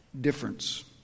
difference